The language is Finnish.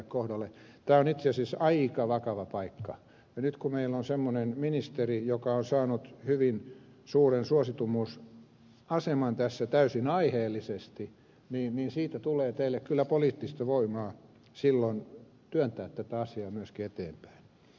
tämä on itse asiassa aika vakava paikka ja nyt kun meillä on semmoinen ministeri joka on saanut hyvin suuren suosituimmuusaseman tässä täysin aiheellisesti niin siitä tulee teille kyllä poliittista voimaa silloin työntää tätä asiaa myöskin eteenpäin